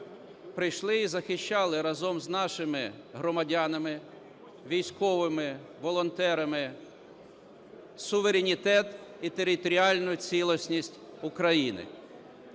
прийшли і захищали разом з нашими громадянами військовими волонтерами суверенітет і територіальну цілісність України.